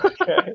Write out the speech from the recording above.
Okay